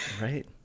right